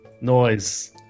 noise